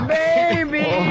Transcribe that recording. baby